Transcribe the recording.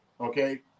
okay